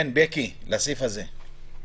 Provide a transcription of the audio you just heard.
בקי, בבקשה.